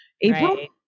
April